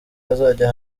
azajya